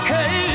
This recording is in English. Hey